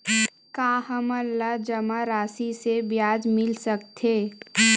का हमन ला जमा राशि से ब्याज मिल सकथे?